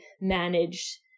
manage